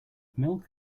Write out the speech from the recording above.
milk